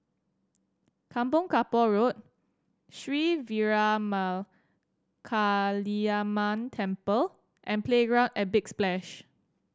Kampong Kapor Road Sri Veeramakaliamman Temple and Playground at Big Splash